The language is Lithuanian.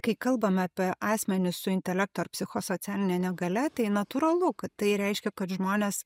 kai kalbam apie asmenis su intelekto ar psichosocialine negalia tai natūralu kad tai reiškia kad žmonės